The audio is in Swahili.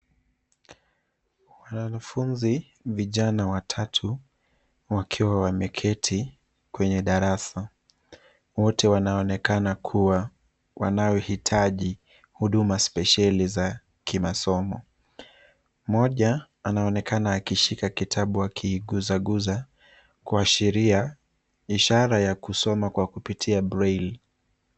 Wanafunzi, vijana watatu, wakiwa wameketi kwenye darasa wote wanaonekana kuwa wanaohitaji huduma spesheli za kimasomo. Mmoja anaonekana akishika kitabu akiiguzaguza, kwa sheria, ishara ya kusoma kwa kupitia braille